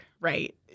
right